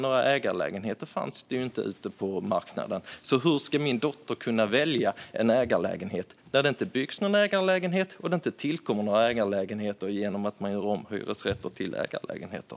Några ägarlägenheter fanns inte på marknaden. Hur ska min dotter kunna välja en ägarlägenhet när det inte byggs någon ägarlägenhet och det inte tillkommer några ägarlägenheter genom att man gör om hyresrätter till ägarlägenheter?